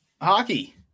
hockey